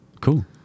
Cool